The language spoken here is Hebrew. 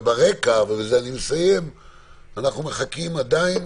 ברקע, אנחנו מחכים עדיין